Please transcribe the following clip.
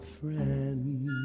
friend